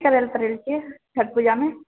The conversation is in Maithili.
छिऐ छठि पूजामे